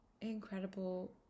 incredible